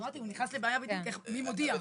אמרתי, הוא נכנס לבעיה של מי מודיע.